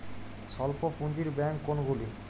স্বল্প পুজিঁর ব্যাঙ্ক কোনগুলি?